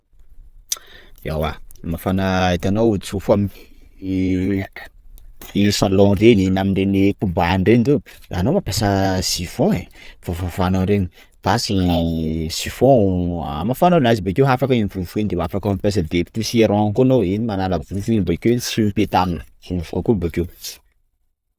Ewa hamafana itanao olo zao fa salon reny na amin'ireny kobany reny zao, anao mampiasa chiffon e! vao fafanao reny! _x000D_ Basy chiffon hamafanao anazy, bakeo afaka iny vovoka iny, de afaka mampiasaka depossierant koa anao iny manala vovoka iny bakeo iny sy ho petahan'ny vovoka koa bakeo.